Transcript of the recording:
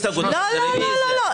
לא.